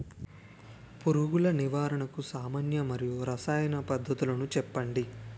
పురుగుల నివారణకు సామాన్య మరియు రసాయన పద్దతులను చెప్పండి?